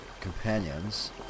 companions